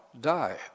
die